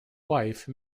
wife